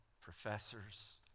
professors